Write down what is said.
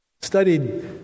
studied